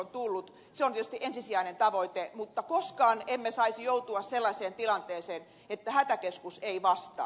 se on tietysti ensisijainen tavoite mutta koskaan emme saisi joutua sellaiseen tilanteeseen että hätäkeskus ei vastaa